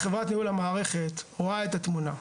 חברת ניהול המערכת רואה את התמונה.